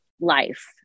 life